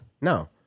No